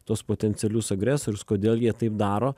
tuos potencialius agresorius kodėl jie taip daro